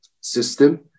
system